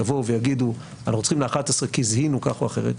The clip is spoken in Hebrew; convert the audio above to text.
יבואו ויגידו: אנחנו צריכים 11 כי זיהינו כך או אחרת,